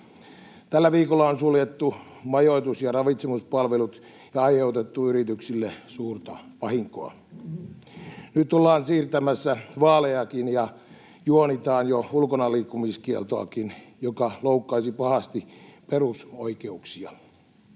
Tällä viikolla on suljettu majoitus- ja ravitsemuspalvelut ja aiheutettu yrityksille suurta vahinkoa. Nyt ollaan siirtämässä vaalejakin ja juonitaan jo ulkonaliikkumiskieltoakin, joka loukkaisi pahasti perusoikeuksia.